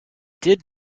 did